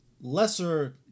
lesser